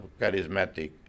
charismatic